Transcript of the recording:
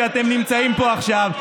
כשאתם נמצאים פה עכשיו.